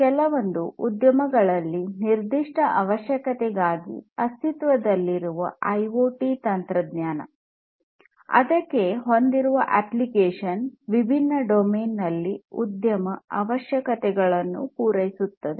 ಕೆಲವೊಂದು ಉದ್ಯಮಗಳಲ್ಲಿ ನಿರ್ದಿಷ್ಟ ಅವಶ್ಯಕತೆಗಳಿಗಾಗಿ ಅಸ್ತಿತ್ವದಲ್ಲಿರುವ ಐಓಟಿ ತಂತ್ರಜ್ಞಾನ ಅದಕ್ಕೆ ಹೊಂದಿರುವ ಅಪ್ಲಿಕೇಶನ್ ವಿಭಿನ್ನ ಡೊಮೇನ್ ನಲ್ಲಿ ಉದ್ಯಮ ಅವಶ್ಯಕತೆಗಳನ್ನು ಹೊಂದಿರುತ್ತದೆ